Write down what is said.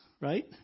right